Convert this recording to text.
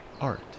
art